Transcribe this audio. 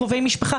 קרובי משפחה,